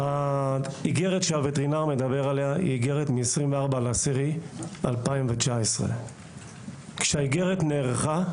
האיגרת שהווטרינר מדבר עליה היא מ-24 באוקטובר 2019. כשהאיגרת נערכה,